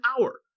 hour